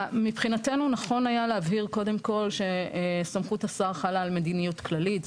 מבחינתנו נכון היה קודם כול להבהיר שסמכות השר חלה על מדיניות כללית.